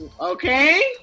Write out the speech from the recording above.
Okay